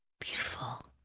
beautiful